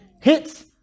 hits